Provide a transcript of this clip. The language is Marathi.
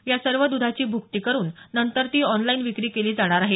या सर्व द्धाची भूकटी करुन नंतर ती ऑनलाईन विक्री केली जाणार आहे